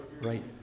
right